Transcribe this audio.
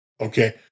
Okay